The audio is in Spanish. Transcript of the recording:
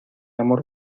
amor